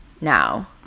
now